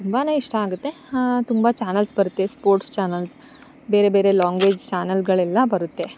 ತುಂಬಾ ಇಷ್ಟ ಆಗುತ್ತೆ ತುಂಬ ಚಾನಲ್ಸ್ ಬರುತ್ತೆ ಸ್ಪೋರ್ಟ್ಸ್ ಚಾನಲ್ಸ್ ಬೇರೆ ಬೇರೆ ಲೊಂಗ್ವೆಜ್ ಚಾನಲ್ಗಳೆಲ್ಲ ಬರುತ್ತೆ